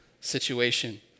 situation